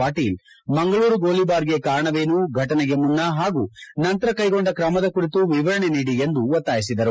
ಪಾಟೀಲ್ ಮಂಗಳೂರು ಗೋಲಿಬಾರ್ಗೆ ಕಾರಣವೇನು ಫಟನೆಗೆ ಮುನ್ನ ಹಾಗೂ ನಂತರ ಕೈಗೊಂಡ ಕ್ರಮದ ಕುರಿತು ವಿವರಣೆ ನೀಡಿ ಎಂದು ಒತ್ತಾಯಿಸಿದರು